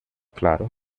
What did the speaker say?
claro